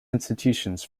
institutions